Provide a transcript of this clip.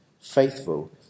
faithful